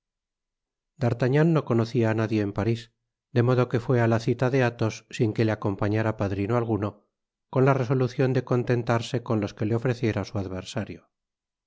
d'artagnan no conocia á nadie en paris de modo que fué á la cita de athos sin que le acompañara padrino alguno con la resolucion de contentarse con los que le ofreciera su adversario